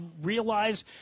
realize